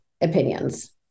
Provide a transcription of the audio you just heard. opinions